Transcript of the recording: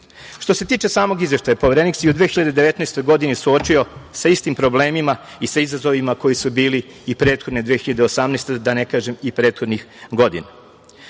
se tiče samog Izveštaja, Poverenik se i u 2019. godini suočio sa istim problemima i sa izazovima koji su bili i prethodne 2018, da ne kažem i prethodnih godina.